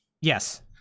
Yes